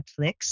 Netflix